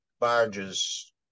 barges